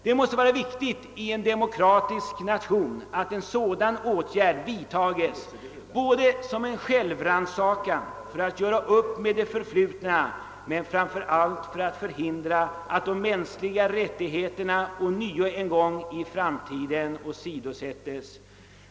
Det måste vara viktigt i en demokratisk nation att en sådan åtgärd vidtages som en självrannsakan för att göra upp det förflutna men framför allt för att förhindra att de mänskliga rättigheterna en gång i framtiden ånyo åsidosättes.